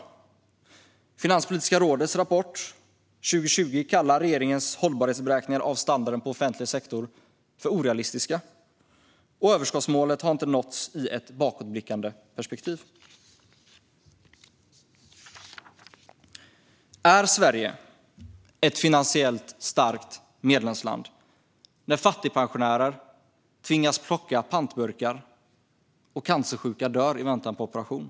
I Finanspolitiska rådets rapport för 2020 kallas regeringens hållbarhetsberäkningar av standarden på offentlig sektor för orealistiska. Och överskottsmålet har inte nåtts i ett bakåtblickande perspektiv. Är Sverige ett finansiellt starkt medlemsland när fattigpensionärer tvingas plocka pantburkar och cancersjuka dör i väntan på operation?